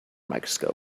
microscope